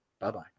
Bye-bye